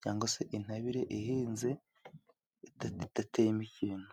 cyangwa se intabire ihinze idateyemo ikintu.